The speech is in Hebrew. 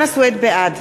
בעד